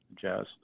Jazz